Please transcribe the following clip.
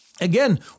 again